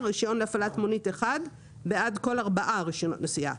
רישיון אחד להפעלת מונית לכל שלושה רישיונות נסיעה